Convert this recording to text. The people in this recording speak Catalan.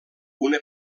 una